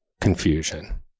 confusion